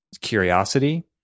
curiosity